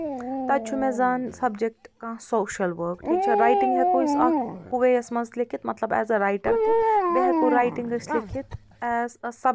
تَتہِ چھُ مےٚ زن سبجکٹ کانٛہہ سوشل ؤرک ٹھیٖک چھا رایٚٹِنٛگ ہیکو أسۍ اکھ ہُوے یس منٛز لیٚکِتھ مطلب ایز اےٚ رایٹر تہِ بیٚیہِ ہٮ۪کو رایٹِنٛگ أسۍ لیٚکِتھ ایز اےٚ سبجکٹ